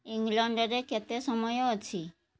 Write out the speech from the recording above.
ଇଂଲଣ୍ଡରେ କେତେ ସମୟ ଅଛି